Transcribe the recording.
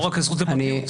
אל רק הזכות לפרטיות.